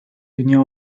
dünya